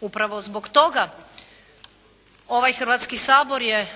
Upravo zbog toga ovaj Hrvatski sabor je